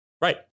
Right